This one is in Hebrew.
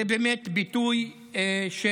זה באמת ביטוי של